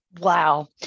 wow